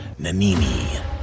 Nanini